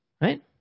right